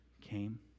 came